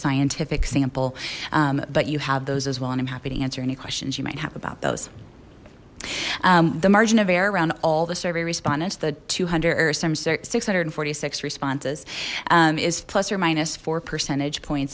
scientific sample but you have those as well and i'm happy to answer any questions you might have about those the margin of error around all the survey respondents the two hundred or six hundred and forty six responses is plus or minus four percentage points